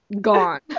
gone